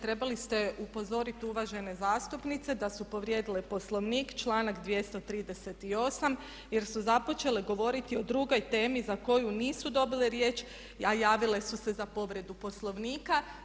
Trebali ste upozoriti uvažene zastupnice da su povrijedile Poslovnik, članak 238. jer su započele govoriti o drugoj temi za koju nisu dobile riječ, a javile su se za povredu Poslovnika.